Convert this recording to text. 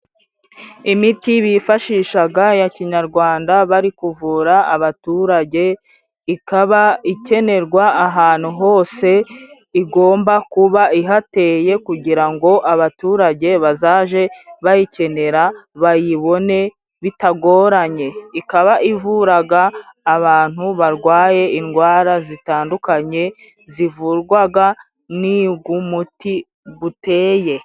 Imiti bifashishaga ya kinyarwanda bari kuvura abaturage ikaba ikenerwa ahantuhose, igomba kuba ihateye kugira ngo abaturage bazaje, bayikenera bayibone bitagoranye ikaba ivuraga, abantu barwaye indwara zitandukanye zivurwaga n'ugumuti gute.